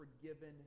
forgiven